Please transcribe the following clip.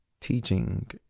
teaching